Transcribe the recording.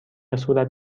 صورت